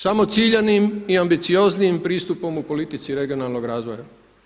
Samo ciljanim i ambicioznim pristupom u politici regionalnog razvoja.